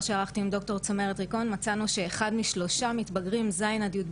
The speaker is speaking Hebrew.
הרחבנו גם לחברה הדתית, מצאנו אחד מתוך ארבעה.